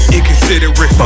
Inconsiderate